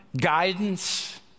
guidance